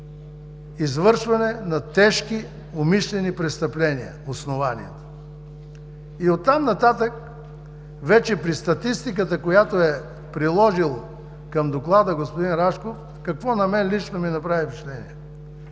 извършване на тежки умишлени престъпления. Оттам нататък, при статистиката, която е приложил към Доклада господин Рашков, какво на мен лично ми направи впечатление?